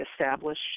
establish